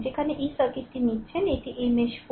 যেখানে এই সার্কিটটি নিচ্ছেন এটি এই মেশ 4